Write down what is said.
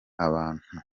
abantu